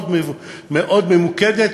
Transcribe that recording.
מאוד ממוקדת,